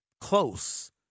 close